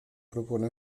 propone